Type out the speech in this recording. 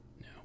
No